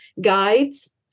guides